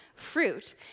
fruit